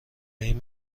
این